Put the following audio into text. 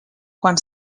quan